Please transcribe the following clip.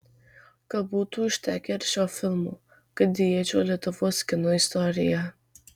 gal būtų užtekę ir šio filmo kad įeičiau į lietuvos kino istoriją